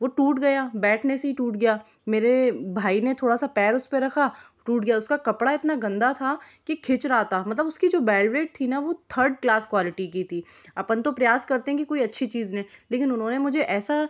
वो टूट गया बैठने से ही टूट गया मेरे भाई ने थोड़ा सा पैर उसपे रख़ा टूट गया उसका कपड़ा इतना गंदा था कि खींच रहा था मतलब उसकी जो बैलबेट थी न वो थर्ड क्लास क्वालिटी की थी अपन तो प्रयास करते हैं कि कोई अच्छी चीज़ ने लेकिन उन्होंने मुझे ऐसा